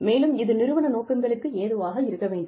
மேலும் இது நிறுவன நோக்கங்களுக்கு ஏதுவாக இருக்க வேண்டும்